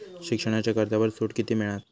शिक्षणाच्या कर्जावर सूट किती मिळात?